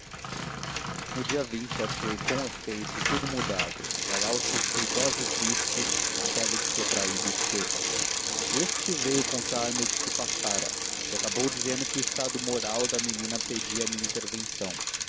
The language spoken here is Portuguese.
no dia achei com efeito tudo mudado lalau e triste félix retraído e seco este veio contar-me o que se passara e acabou dizendo que o estado moral da menina pedia a minha intervenção